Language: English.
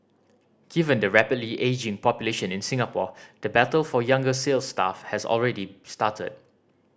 given the rapidly ageing population in Singapore the battle for younger sales staff has already started